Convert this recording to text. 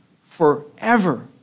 forever